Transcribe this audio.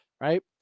right